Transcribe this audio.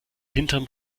hinterm